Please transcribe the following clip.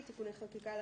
בכפוף לחתימה על